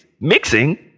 Mixing